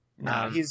No